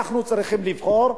אנחנו צריכים לבחור,